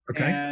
Okay